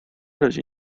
razie